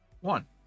one